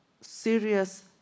serious